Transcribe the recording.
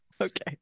Okay